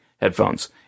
headphones